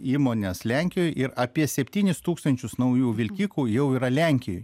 įmones lenkijoj ir apie septynis tūkstančius naujų vilkikų jau yra lenkijoj